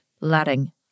letting